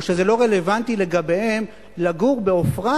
או שזה לא רלוונטי לגביהם, לגור בעופרה